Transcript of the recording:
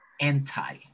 anti